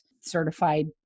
certified